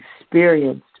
experienced